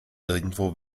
irgendwo